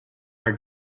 our